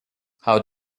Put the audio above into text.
how